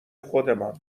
خودمان